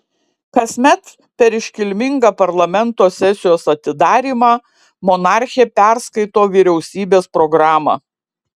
kasmet per iškilmingą parlamento sesijos atidarymą monarchė perskaito vyriausybės programą